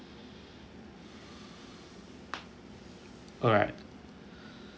alright